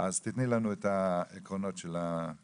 אז תיתני לנו את העקרונות של המצגת.